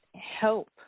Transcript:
help